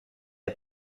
are